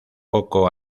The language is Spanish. poco